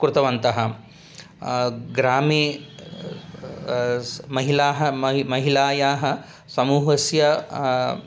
कृतवन्तः ग्रामे स् महिलाः महि महिलायाः समूहस्य